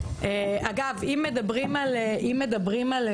אגב, אם מדברים על ניקיון,